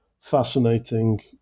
fascinating